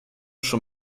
schon